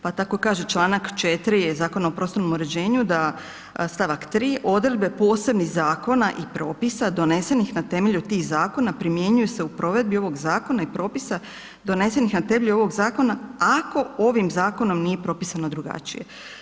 Pa tako kaže Članak 4. Zakona o prostornom uređenju, da stavak 3. odredbe posebnih zakona i propisa donesenih na temelju tih zakona primjenjuju se u provedbi ovog zakona i provedbi donesenih na temelju ovog zakona ako ovim zakonom nije propisano drugačije.